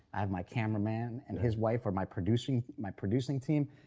i have my cameraman and his wife are my producing my producing team.